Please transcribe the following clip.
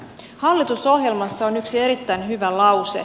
hallitusohjelmassa on yksi erittäin hyvä lause